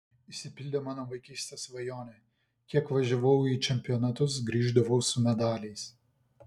išsipildė mano vaikystės svajonė kiek važiavau į čempionatus grįždavau su medaliais